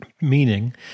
Meaning